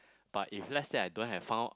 but if let's say I don't have found